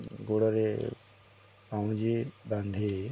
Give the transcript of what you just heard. ଗୋଡ଼ରେ ପାଉଁଜି ବାନ୍ଧି